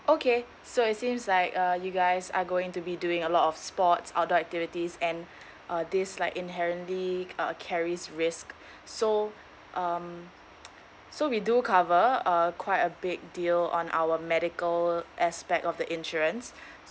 okay so it seems like uh you guys are going to be doing a lot of sports outdoor activities and uh this like inherently uh carries risk so um so we do cover uh quite a big deal on our medical aspect of the insurance